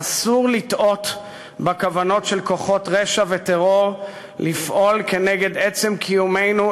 אסור לטעות בכוונות של כוחות רשע וטרור לפעול כנגד עצם קיומנו,